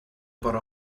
bore